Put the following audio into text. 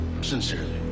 Sincerely